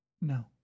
No